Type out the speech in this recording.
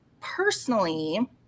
personally